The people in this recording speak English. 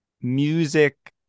music